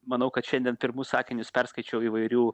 manau kad šiandien pirmus sakinius perskaičiau įvairių